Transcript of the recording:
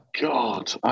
God